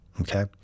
okay